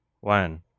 one